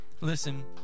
Listen